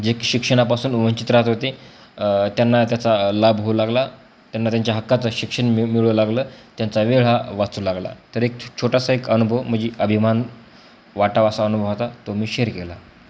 जे की शिक्षणापासून वंचित राहात होते त्यांना त्याचा लाभ होऊ लागला त्यांना त्यांच्या हक्काचं शिक्षण मि मिळूं लागलं त्यांचा वेळ हा वाचू लागला तर एक छोटासा एक अनुभव म्हजी अभिमान वाटावा असाचा अनुभव होता तो मी शेअर केला